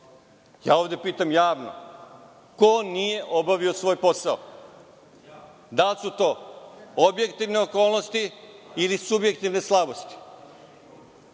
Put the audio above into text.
Ovde pitam javno – ko nije obavio svoj posao? Da li su to objektivne okolnosti ili subjektivne slabosti?